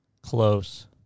close